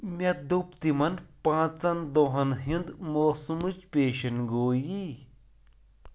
مےٚ دوٚپ تِمن پانٛژن دۄہن ہٕنٛدۍ موسمٕچ پؠشن گویی